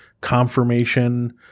confirmation